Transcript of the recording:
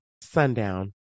sundown